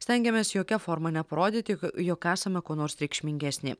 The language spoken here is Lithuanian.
stengiamės jokia forma neparodyti juk jog esame kuo nors reikšmingesni